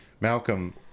Malcolm